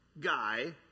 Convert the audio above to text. guy